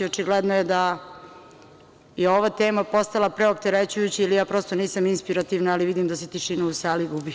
Očigledno je da je ova tema postala preopterećujuća ili ja prosto nisam inspirativna, ali vidim da se tišina u sali gubi.